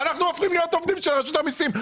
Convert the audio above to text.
אנחנו הופכים להיות עובדים של רשות המיסים.